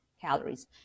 calories